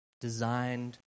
designed